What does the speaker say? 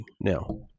Now